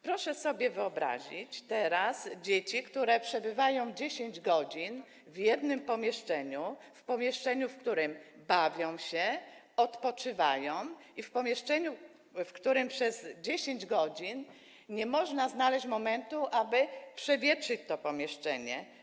Proszę sobie wyobrazić dzieci, które przebywają 10 godzin w jednym pomieszczeniu - w pomieszczeniu, w którym bawią się i odpoczywają i w którym przez 10 godzin nie można znaleźć momentu, aby przewietrzyć to pomieszczenie.